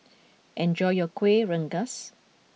enjoy your Kuih Rengas